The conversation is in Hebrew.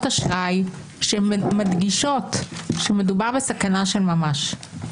אשראי שמדגישות שמדובר בסכנה של ממש,